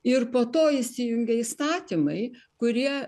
ir po to įsijungia įstatymai kurie